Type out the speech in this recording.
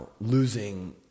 losing